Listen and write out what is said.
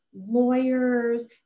lawyers